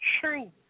true